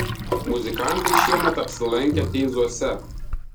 muzikantai šiemet apsilankė teizuose